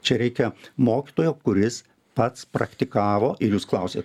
čia reikia mokytojo kuris pats praktikavo ir jūs klausėt